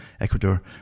Ecuador